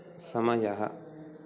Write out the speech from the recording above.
समयः